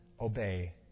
obey